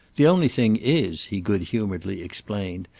the only thing is, he good-humouredly explained,